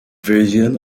version